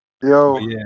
Yo